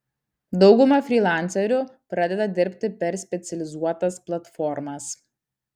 dauguma frylancerių pradeda dirbti per specializuotas platformas